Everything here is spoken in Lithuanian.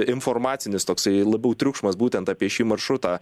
informacinis toksai labiau triukšmas būtent apie šį maršrutą